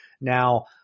now